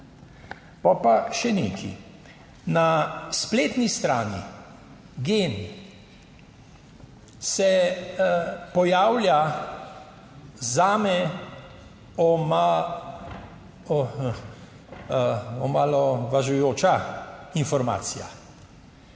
Po pa še nekaj. Na spletni strani GEN se pojavlja zame omalovažujoča informacija.